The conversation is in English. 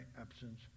absence